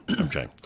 okay